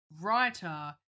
writer